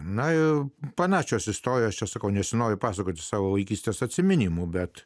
na jau panašios įstojusios o nesinori pasakoti savo vaikystės atsiminimų bet